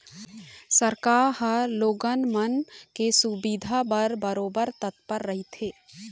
सरकार ह लोगन मन के सुबिधा बर बरोबर तत्पर रहिथे